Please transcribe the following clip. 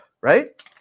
right